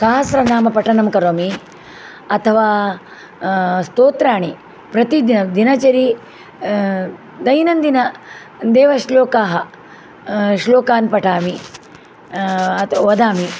सहस्रनामपठनं करोमि अथवा स्तोत्राणि प्रतिदिनं दिनचरि दैनन्दिनदेवश्लोकाः श्लोकान् पठामि वदामि